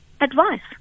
advice